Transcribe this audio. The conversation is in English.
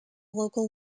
local